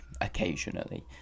occasionally